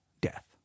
death